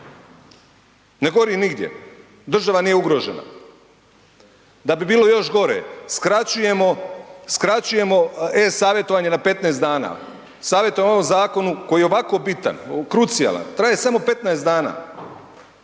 Ne gori nigdje, država nije ugrožena. Da bi bilo još gore skraćujemo, skraćujemo e-savjetovanje na 15 dana, savjetovanje o ovom zakonu koji je ovako bitan, krucijalan, traje samo 15 dana.